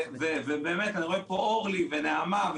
ואני רואה פה את אורלי ונעמה,